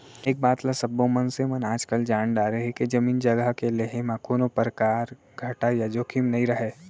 ए बात ल सब्बो मनसे मन आजकाल जान डारे हें के जमीन जघा के लेहे म कोनों परकार घाटा या जोखिम नइ रहय